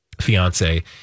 fiance